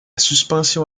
suspension